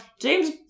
James